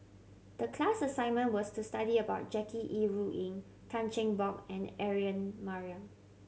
the class assignment was to study about Jackie Yi Ru Ying Tan Cheng Bock and Aaron Maniam